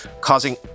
causing